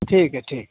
ठीक है ठीक